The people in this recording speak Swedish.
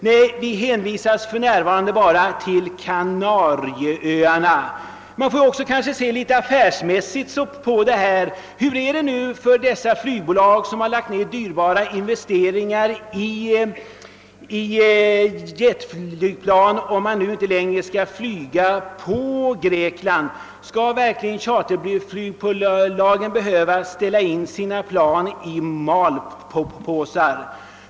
Men våra turister hänvisas för närvarande till resmål som Kanarieöarna. Man får kanske också se litet affärsmässigt på detta problem. Hur blir det för de flygbolag som gjort stora investeringar i dyrbara jetflygplan om de nu inte längre skall flyga på Grekland? Skall verkligen charterflygbolagen behöva ställa in sina plan i malpåsar?